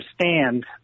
understand